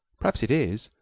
p'raps it is,